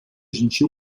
gentil